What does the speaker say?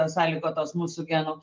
sąlygotos mūsų genų